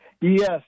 Yes